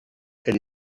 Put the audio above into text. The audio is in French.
elle